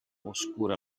oscura